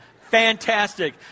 Fantastic